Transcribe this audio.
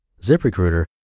ZipRecruiter